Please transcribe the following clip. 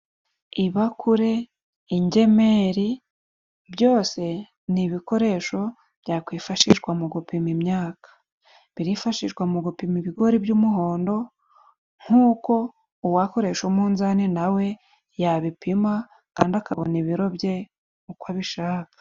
Ibakure, ingemeri byose n'ibikoresho byakwifashishwa mu gupima imyaka birifashishwa mu gupima ibigori by'umuhondo nkuko uwakoresha umunzani nawe yabipima kandi akabona ibiro bye uko abishaka.